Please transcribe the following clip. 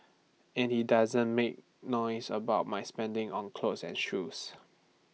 and he doesn't make noise about my spending on clothes and shoes